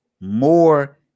more